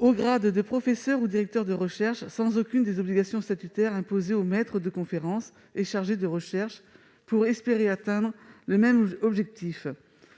au grade de professeur ou directeur de recherche sans aucune des obligations statutaires imposées aux maîtres de conférences et chargés de recherche pour espérer atteindre le même objectif.